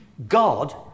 God